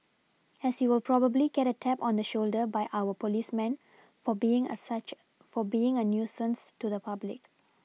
as you will probably get a tap on the shoulder by our policeman for being a such for being a nuisance to the public